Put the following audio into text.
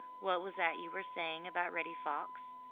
what was that you were saying about reddy fox?